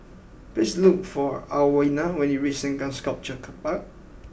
please look for Alwina when you reach Sengkang Sculpture Park